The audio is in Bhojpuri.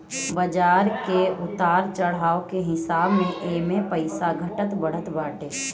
बाजार के उतार चढ़ाव के हिसाब से एमे पईसा घटत बढ़त बाटे